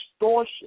distortion